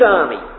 army